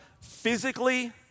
physically